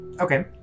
okay